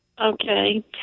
Okay